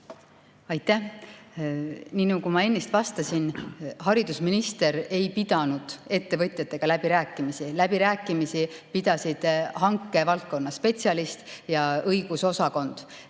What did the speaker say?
Aitäh! Nii nagu ma ennist vastasin, haridusminister ei pidanud ettevõtjatega läbirääkimisi. Läbirääkimisi pidasid hankevaldkonna spetsialist ja õigusosakond.